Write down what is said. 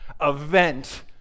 event